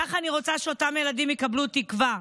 ככה אני רוצה שאותם ילדים יקבלו תקווה,